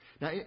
Now